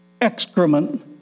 excrement